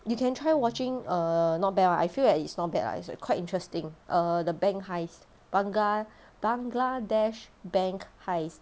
you can try watching err not bad ah I feel that it's not bad ah it's quite interesting err the bank heist bangla~ bangladesh bank heist